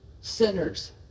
sinners